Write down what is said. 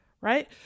right